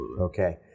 Okay